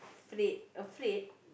afraid afraid